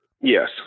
Yes